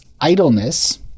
idleness